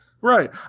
right